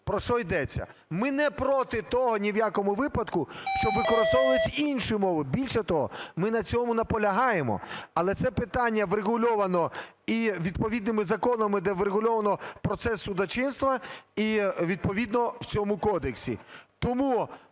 про що йдеться. Ми не проти того ні в якому випадку, щоб використовувались інші мови. Більше того, ми на цьому наполягаємо. Але це питання врегульовано і відповідними законами, де врегульовано процес судочинства, і відповідно в цьому кодексі. Тому